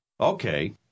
Okay